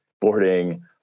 boarding